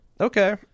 Okay